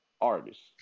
artists